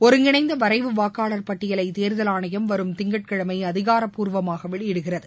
ஒருங்கிணைந்த வரைவு வாக்காளர் பட்டியலை தேர்தல் ஆணையம் வரும் திங்கட்கிழமை அதிகாரப்பூர்வமாக வெளியிடுகிறது